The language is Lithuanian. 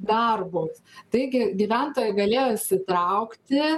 darbus taigi gyventojai galėjo įsitraukti